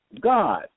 God